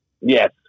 Yes